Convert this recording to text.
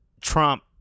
Trump